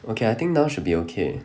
okay I think now should be okay